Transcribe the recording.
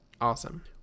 Awesome